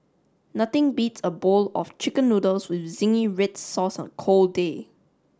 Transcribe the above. nothing beats a bowl of chicken noodles with zingy red sauce on a cold day